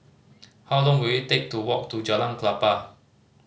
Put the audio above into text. how long will it take to walk to Jalan Klapa